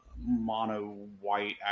mono-white